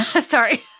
Sorry